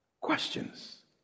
questions